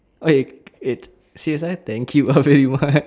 okay it serious ah thank you ah very much